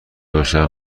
داشته